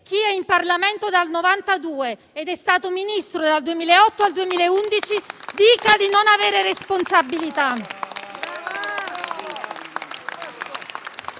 chi è in Parlamento dal 1992 ed è stato Ministro dal 2008 al 2011 dica di non avere responsabilità.